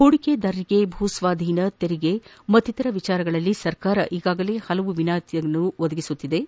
ಹೂಡಿಕೆದಾರರಿಗೆ ಭೂಸ್ವಾಧೀನ ತೆರಿಗೆ ಮತ್ತಿತರ ವಿಷಯಗಳಲ್ಲಿ ಸರ್ಕಾರ ಈಗಾಗಲೇ ಹಲವು ವಿನಾಯಿತಿಗಳನ್ನು ಒದಗಿಸುತ್ತಿದ್ದು